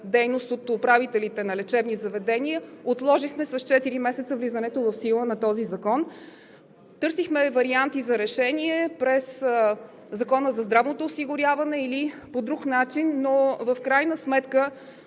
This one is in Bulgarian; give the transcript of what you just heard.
от управителите на лечебни заведения, отложихме с четири месеца влизането в сила на този закон. Търсихме варианти за решение през Закона за здравното осигуряване или по друг начин, но в крайна сметка